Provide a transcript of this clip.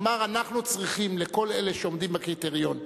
אמר: אנחנו צריכים לכל אלה שעומדים בקריטריון.